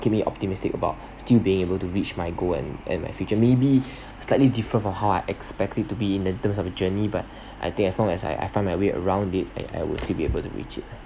keep me optimistic about still being able to reach my goal and and my future may be slightly different from how I expect it to be in the terms of a journey but I think as long as I I find my way around it and I ought to be able to reach it